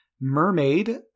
mermaid